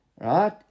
Right